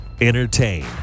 Entertain